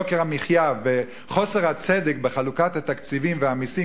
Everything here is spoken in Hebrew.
יוקר המחיה וחוסר הצדק בחלוקת התקציבים והמסים,